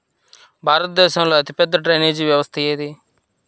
భారతదేశంలో అతిపెద్ద డ్రైనేజీ వ్యవస్థ ఏది?